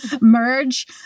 merge